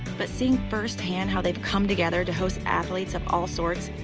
but seeing firsthand how they've come together to host athletes of all sorts,